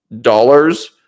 dollars